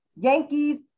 Yankees